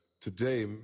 today